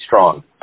strong